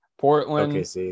Portland